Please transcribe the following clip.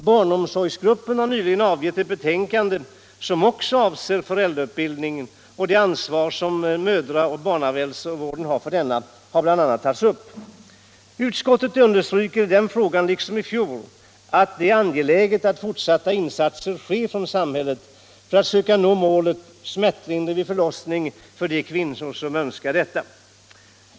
Barnomsorgsgruppen har nyligen avgett ett betänkande som också avser föräldrautbildningen, och det ansvar som mödraoch barnahälsovården har för denna har bl.a. tagits upp. Utskottet understryker i den frågan, liksom i fjol, att det är angeläget att samhället gör fortsatta insatser för att söka nå målet: smärtlindring vid förlossning för de kvinnor som önskar detta.